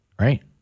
right